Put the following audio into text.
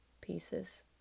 pieces